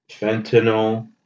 Fentanyl